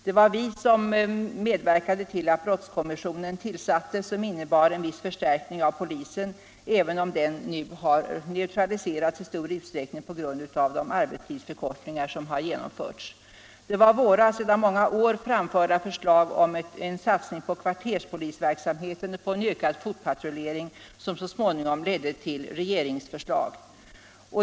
Det var vi som medverkade till att brottskommissionen tillsattes, som innebar en viss förstärkning av polisen, även om den nu i stor utsträckning har neutraliserats på grund av de arbetstidsförkortningar som har genomförts. Det var våra sedan många år framförda förslag om en satsning på kvarterspolisverksamheten och en ökad fotpatrullering som så småningom ledde till regeringsförslag.